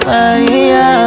Maria